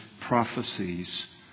prophecies